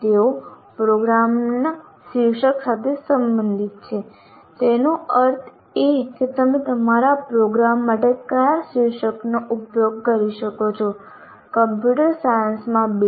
તેઓ પ્રોગ્રામ શીર્ષક સાથે સંબંધિત છે તેનો અર્થ એ કે તમે તમારા પ્રોગ્રામ માટે કયા શીર્ષકનો ઉપયોગ કરી શકો છો કમ્પ્યુટર સાયન્સમાં બી